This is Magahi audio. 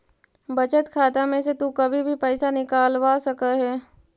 बचत खाता में से तु कभी भी पइसा निकलवा सकऽ हे